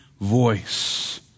voice